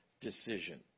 decision